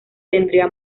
tendría